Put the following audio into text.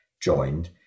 joined